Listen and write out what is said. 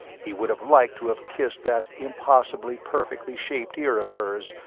he would have liked to have kissed that impossibly perfectly shaped ear of hers,